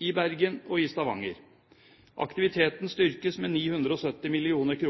i Bergen og i Stavanger. Aktiviteten styrkes med 970 mill. kr.